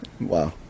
Wow